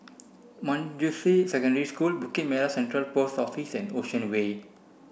Manjusri Secondary School Bukit Merah Central Post Office and Ocean Way